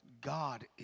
God